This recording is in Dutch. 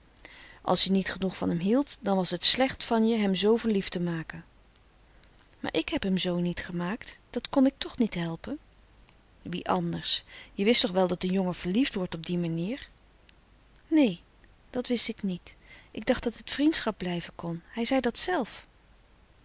als je niet genoeg van em hield dan was het slecht van je hem zoo verliefd te maken frederik van eeden van de koele meren des doods maar ik heb hem zoo niet gemaakt dat kon ik toch niet helpen wie anders je wist toch wel dat een jongen verliefd wordt op die manier neen dat wist ik niet ik dacht dat het vriendschap blijven kon hij zei dat zelf